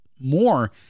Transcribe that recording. more